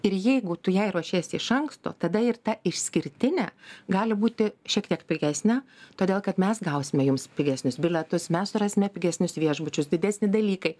ir jeigu tu jai ruošiesi iš anksto tada ir ta išskirtinė gali būti šiek tiek pigesnė todėl kad mes gausime jums pigesnius bilietus mes surasime pigesnius viešbučius didesni dalykai